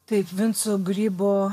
taip vinco grybo